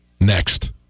next